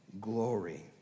glory